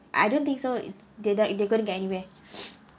I don't think so it's they don't they going to get anywhere